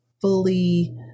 fully –